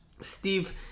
steve